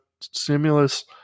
stimulus